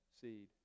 Seed